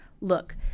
Look